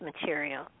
material